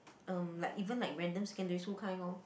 um like even like random secondary school kind lor